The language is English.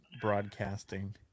broadcasting